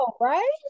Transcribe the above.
right